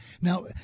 Now